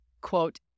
quote